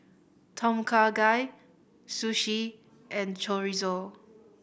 Tom Kha Gai Sushi and Chorizo